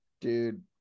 dude